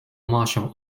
martial